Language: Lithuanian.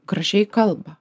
gražiai kalba